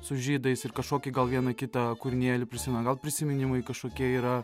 su žydais ir kažkokį gal vieną kitą kūrinėlį prisiima gal prisiminimai kažkokie yra